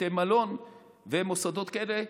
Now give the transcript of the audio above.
בתי מלון ומוסדות כאלה.